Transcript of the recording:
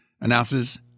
announces